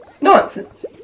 Nonsense